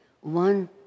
One